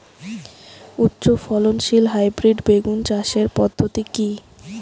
উচ্চ ফলনশীল হাইব্রিড বেগুন চাষের পদ্ধতি কী?